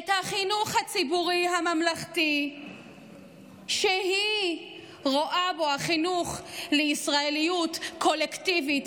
את החינוך הציבורי הממלכתי שהיא רואה בו החינוך לישראליות קולקטיבית,